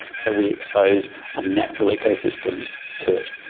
so we expose a natural ecosystem to it.